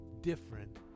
different